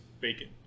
Bacon